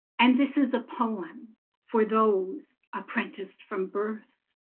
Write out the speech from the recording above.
and this is a poem for those apprenticed from birth.